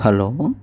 hello